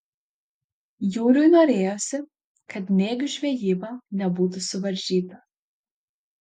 jūriui norėjosi kad nėgių žvejyba nebūtų suvaržyta